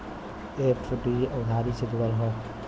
FD उधारी से जुड़ल हौ